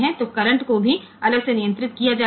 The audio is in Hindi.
तो करंट को भी अलग से नियंत्रित किया जाता है